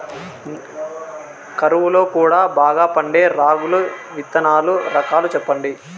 కరువు లో కూడా బాగా పండే రాగులు విత్తనాలు రకాలు చెప్పండి?